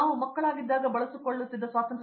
ನಾವು ಮಕ್ಕಳು ಸರಿಯಾಗಿರುವಾಗ ನಾವು ಬಳಸುತ್ತಿದ್ದಂತೆಯೇ